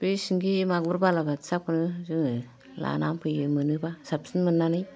बे सिंगि मागुर बालाबाथियाखौनो जोङो लाना फैयो मोनोबा साबसिन मोननानै